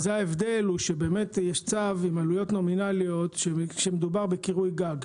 אז ההבדל הוא באמת שיש צו עם עלויות נומינליות כשמדובר בקירוי גג.